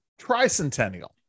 tricentennial